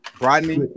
Rodney